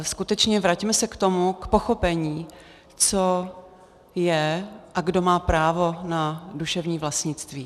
Skutečně vraťme se k tomu pochopení, co je a kdo má právo na duševní vlastnictví.